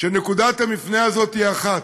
שנקודת המפנה הזאת היא אחת.